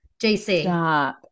JC